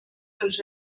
pels